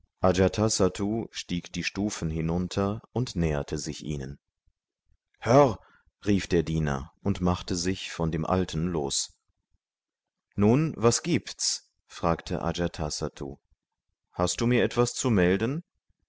stieg die stufen hinunter und näherte sich ihnen herr rief der diener und machte sich von dem alten los nun was gibt's fragte ajatasattu hast du mir etwas zu melden